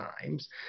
times